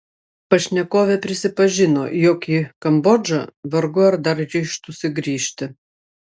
pašnekovė prisipažino jog į kambodžą vargu ar dar ryžtųsi grįžti